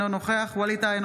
אינו נוכח ווליד טאהא,